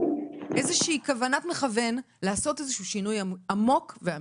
איזושהי כוונת מכוון, לעשות שינוי עמוק ואמיתי.